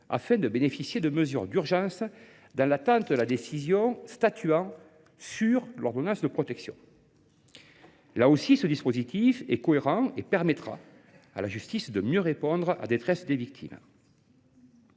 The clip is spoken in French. afin de bénéficier de mesures d’urgence dans l’attente de la décision statuant sur l’ordonnance de protection. Il s’agit d’un dispositif cohérent, qui permettra à la justice de mieux répondre à la détresse des victimes.